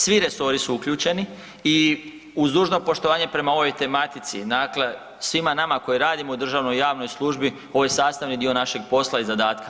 Svi resori su uključeni i uz dužno poštovanje prema ovoj tematici, dakle svima nama koji radimo u državnoj i javnoj službi, ovo je sastavni dio našeg posla i zadatka.